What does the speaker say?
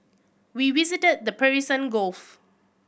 we visited the Persian Gulf